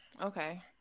okay